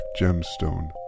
gemstone